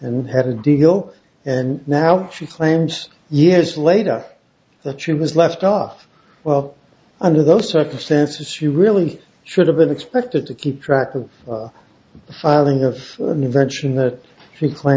and had a deal and now she claims yes later that she was left off well under those circumstances you really should have been expected to keep track of filing of an invention that